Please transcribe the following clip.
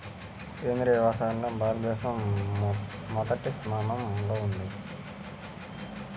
సేంద్రీయ వ్యవసాయంలో భారతదేశం మొదటి స్థానంలో ఉంది